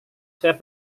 saya